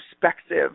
perspective